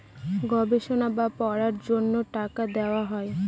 গবেষণা বা পড়ার জন্য টাকা দেওয়া হয়